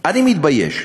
אני מתבייש.